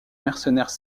mercenaires